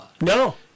No